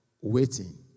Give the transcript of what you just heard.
waiting